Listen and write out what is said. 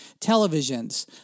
televisions